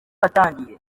yatangiye